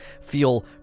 feel